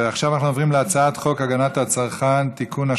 ועכשיו אנחנו עוברים להצעת חוק הגנת הצרכן (תיקון,